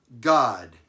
God